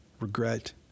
Regret